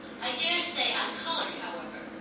i dare say i coloured however,